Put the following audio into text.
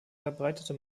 verbreitete